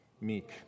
meek